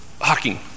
Hawking